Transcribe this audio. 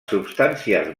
substàncies